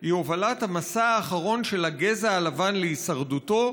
היא הובלת המסע האחרון של הגזע הלבן להישרדותו,